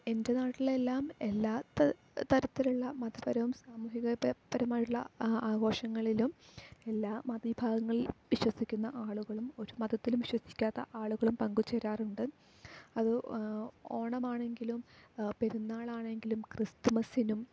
എൻ്റെ നാട്ടിലെ എല്ലാം എല്ലാ ത തരത്തിലുള്ള മതപരവും സാമൂഹികപ പരവുമായുള്ള ആഘോഷങ്ങളിലും എല്ലാ മത വിഭാഗങ്ങളിൽ വിശ്വസിക്കുന്ന ആളുകളും ഒരു മതത്തിലും വിശ്വസിക്കാത്ത ആളുകളും പങ്കുചേരാറുണ്ട് അത് ഓ ഓണമാണെങ്കിലും പെരുന്നാളാണെങ്കിലും ക്രിസ്തുമസിനും